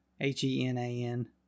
H-E-N-A-N